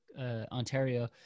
Ontario